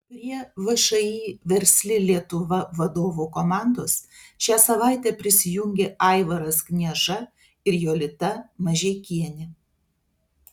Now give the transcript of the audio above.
prie všį versli lietuva vadovų komandos šią savaitę prisijungė aivaras knieža ir jolita mažeikienė